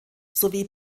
sowie